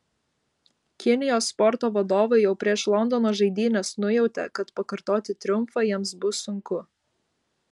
kinijos sporto vadovai jau prieš londono žaidynes nujautė kad pakartoti triumfą jiems bus sunku